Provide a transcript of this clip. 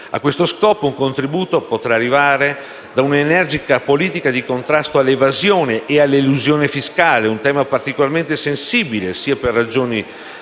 A questo scopo, un contributo potrà arrivare da una energica politica di contrasto all'evasione e all'elusione fiscale. Un tema particolarmente sensibile, sia per ragioni